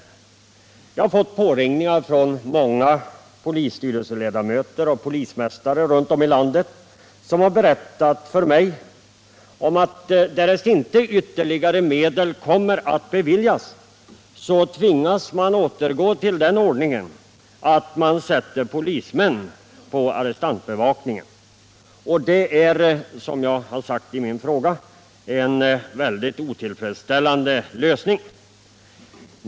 Jag har nämligen fått påringningar från många polisstyrelseledamöter och polismästare runt om i landet som har berättat för mig att därest ytterligare medel inte kommer att beviljas, tvingas man återgå till den gamla ordningen att sätta polismän på arrestantbevakningen, och det är, som jag har sagt i min fråga, en synnerligen otillfredsställande lösning.